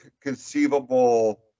conceivable